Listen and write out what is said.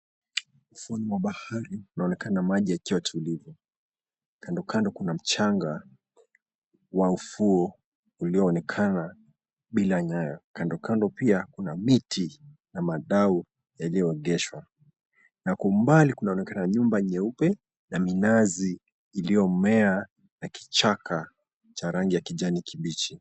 Ufuoni mwa bahari, kunaonekana maji yakiwa tulivu. Kando kando kuna mchanga wa ufuo, ulioonekana bila nyayo. Kando kando pia kuna miti, na madau yaliyoegeshwa. Na kwa umbali kunaonekana nyumba nyeupe, na minazi iliyomea, na kichaka cha rangi ya kijani kibichi.